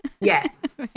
Yes